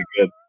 good